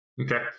Okay